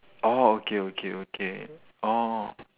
orh okay okay okay oh